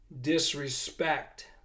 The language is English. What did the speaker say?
disrespect